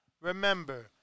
remember